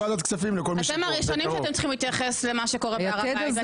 אתם הראשונים שצריכים להתייחס למה שקורה בהר הבית,